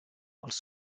els